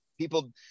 people